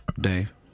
Dave